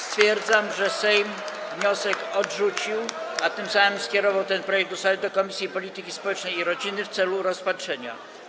Stwierdzam, że Sejm wniosek odrzucił, a tym samym skierował ten projekt ustawy do Komisji Polityki Społecznej i Rodziny w celu rozpatrzenia.